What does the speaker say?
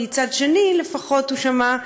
מצד שני לפחות הוא שמע,